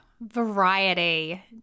variety